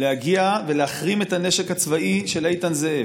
להגיע ולהחרים את הנשק הצבאי של איתן זאב,